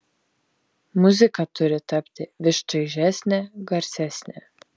muzika turi tapti vis čaižesnė garsesnė